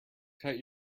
cut